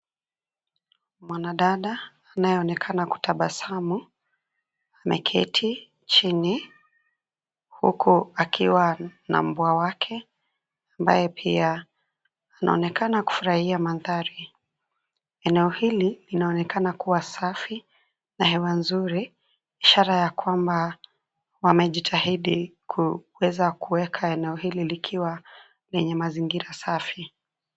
Mwanadada anayonekana kutabasamu ameketi chini huku akiwa na mbwa wake ambaye pia anaonekana kufurahia mandhari. Eneo hili linaonekana kuwa safi na hewa nzuri ishara ya kwamba wamejitahidi kuweza kuweka eneo hili likiwa lenye mazingira safi.